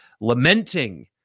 lamenting